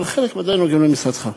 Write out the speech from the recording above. אבל חלק ודאי נוגעים למשרדך.